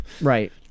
Right